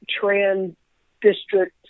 trans-district